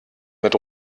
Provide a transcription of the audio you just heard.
mit